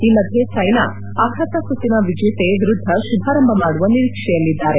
ಈ ಮಧ್ಯೆ ಸೈನಾ ಅರ್ಹತಾ ಸುತ್ತಿನ ವಿಜೇತೆ ವಿರುದ್ದ ಶುಭಾರಂಭ ಮಾಡುವ ನಿರೀಕ್ಷೆಯಲ್ಲಿದ್ದಾರೆ